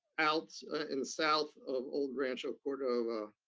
out and south of old rancho cordova.